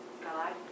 God